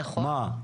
נכון.